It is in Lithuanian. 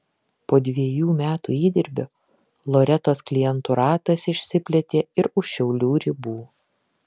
po dvejų metų įdirbio loretos klientų ratas išsiplėtė ir už šiaulių ribų